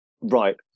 Right